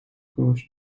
coast